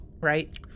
right